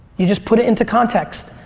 you just put it in to context.